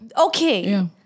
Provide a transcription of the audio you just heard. Okay